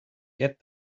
get